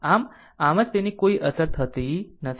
આમ આમ જ તેની કોઈ અસર થઈ નથી